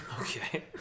Okay